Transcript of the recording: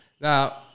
Now